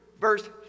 verse